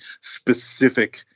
specific